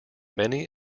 many